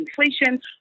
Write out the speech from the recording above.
inflation